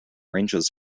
ranges